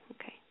Okay